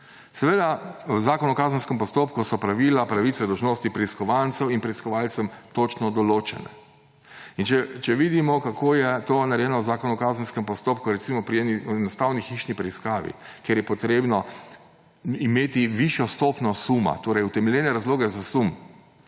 V Zakonu o kazenskem postopku so pravila, pravice, dolžnosti preiskovancev in preiskovalcev točno določene. In če vidimo, kako je to narejeno v Zakonu o kazenskem postopku, recimo pri neki enostavni hišni preiskavi, kjer je treba imeti višjo stopnjo suma, torej utemeljene razloge za sum,